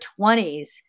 20s